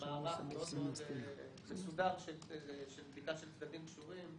מערך מאוד מאוד מסודר של בדיקה של צדדים קשורים.